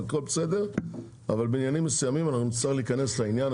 אבל בעניינים מסוימים אנחנו נצטרך להיכנס לעניין.